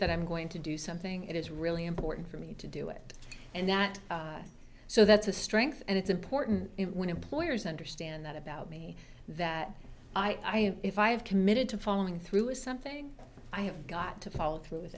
that i'm going to do something it is really important for me to do it and that so that's a strength and it's important when employers understand that about me that i if i have committed to following through is something i have got to follow through with